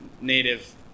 native